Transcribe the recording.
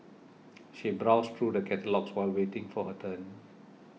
she browsed through the catalogues while waiting for her turn